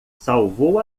salvou